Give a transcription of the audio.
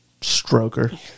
stroker